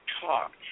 talk